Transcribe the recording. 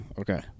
Okay